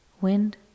Wind